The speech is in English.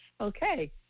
Okay